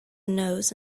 nose